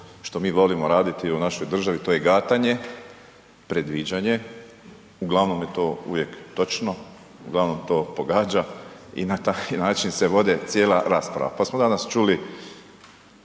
što mi volimo raditi u našoj državi to je gatanje, predviđanje, uglavnom je to uvijek točno, uglavnom to pogađa i na taj način se vodi cijela rasprava. Pa smo danas čuli